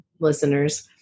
listeners